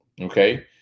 okay